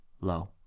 low